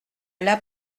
l’as